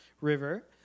river